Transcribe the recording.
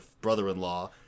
brother-in-law